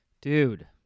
Dude